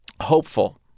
hopeful